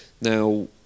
Now